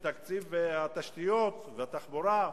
בתקציב התשתיות והתחבורה,